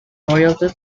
royalton